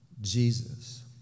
Jesus